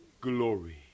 Glory